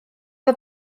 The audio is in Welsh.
fel